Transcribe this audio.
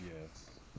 Yes